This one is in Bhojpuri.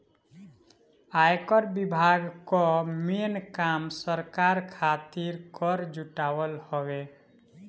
आयकर विभाग कअ मेन काम सरकार खातिर कर जुटावल हवे